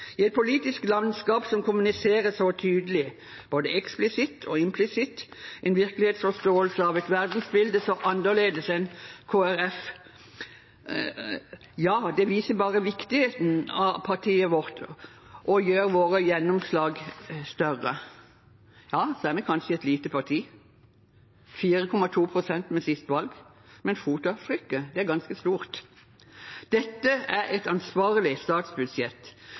I et politisk landskap som kommuniserer så tydelig, både eksplisitt og implisitt, en virkelighetsforståelse av et verdensbilde så annerledes enn Kristelig Folkepartis, viser bare viktigheten av partiet vårt og gjør våre gjennomslag større. Ja, vi er kanskje et lite parti – 4,2 pst. ved siste valg – men fotavtrykket er ganske stort. Dette er et ansvarlig statsbudsjett